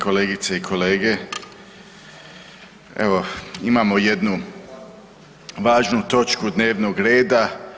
kolegice i kolege, evo imamo jednu važnu točku dnevnoga reda.